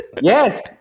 Yes